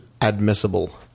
admissible